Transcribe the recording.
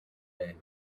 day